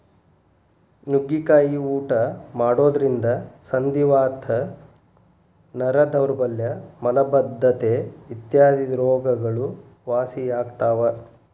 ನುಗ್ಗಿಕಾಯಿ ಊಟ ಮಾಡೋದ್ರಿಂದ ಸಂಧಿವಾತ, ನರ ದೌರ್ಬಲ್ಯ ಮಲಬದ್ದತೆ ಇತ್ಯಾದಿ ರೋಗಗಳು ವಾಸಿಯಾಗ್ತಾವ